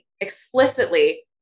explicitly